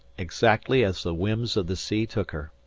exactly as the whims of the sea took her.